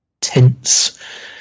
tense